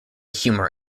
humor